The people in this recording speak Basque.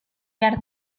behar